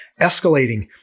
escalating